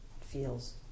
feels